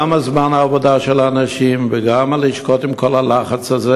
גם זמן עבודה של אנשים וגם הלשכות עם כל הלחץ הזה.